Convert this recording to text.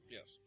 Yes